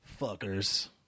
fuckers